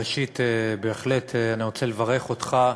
ראשית, אני בהחלט רוצה לברך אותך.